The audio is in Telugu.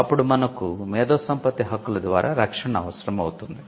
అప్పుడు మనకు మేధో సంపత్తి హక్కుల ద్వారా రక్షణ అవసరం అవుతుంది